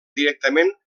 directament